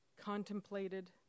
contemplated